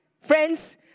friends